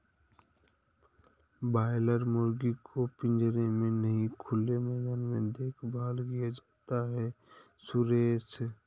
boiler मुर्गी को पिंजरे में नहीं खुले मैदान में देखभाल किया जाता है सुरेश